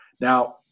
Now